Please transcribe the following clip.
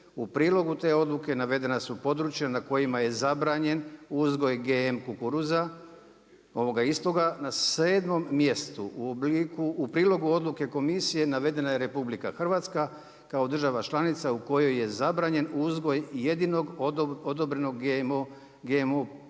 u prilogu te odluke navedena su područja na kojima je zabranjen uzgoja GMO kukuruza ovoga istoga na sedmom mjestu. U prilogu odluke komisije navedena je RH kao država članica u kojoj je zabranjen uzgoj jedinog odobrenog GMO kukuruza